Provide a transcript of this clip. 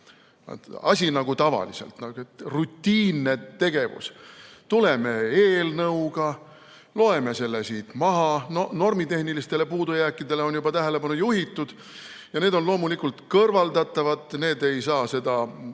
Asi nagu tavaliselt, rutiinne tegevus. Tuleme eelnõuga, loeme selle siit maha, normitehnilistele puudujääkidele on juba tähelepanu juhitud ja need on loomulikult kõrvaldatavad, need ei saa asja